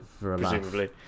Presumably